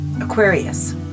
Aquarius